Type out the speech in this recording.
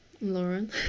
lauren